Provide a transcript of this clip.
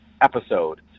episode